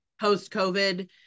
post-COVID